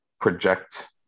project